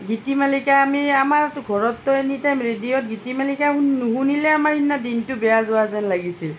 গীতি মালিকা আমি আমাৰ ঘৰতটো এনি টাইম ৰেডিঅ'ত গীতি মালিকা নুশুনিলে আমাৰ সিদিনা দিনটো বেয়া যোৱা যেন লাগিছিল